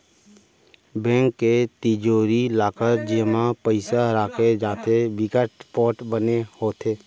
bank के तिजोरी, locker जेमा पइसा राखे जाथे बिकट पोठ बने होथे